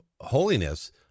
holiness